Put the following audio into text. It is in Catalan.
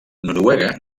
noruega